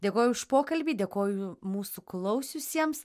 dėkoju už pokalbį dėkoju mūsų klausiusiems